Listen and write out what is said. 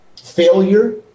failure